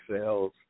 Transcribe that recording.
cells